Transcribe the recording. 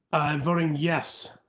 i voting yes.